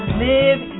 live